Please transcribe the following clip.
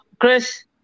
Chris